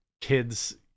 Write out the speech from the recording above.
kids